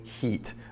heat